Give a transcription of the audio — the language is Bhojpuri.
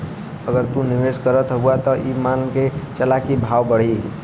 अगर तू निवेस करत हउआ त ई मान के चला की भाव बढ़ी